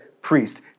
priest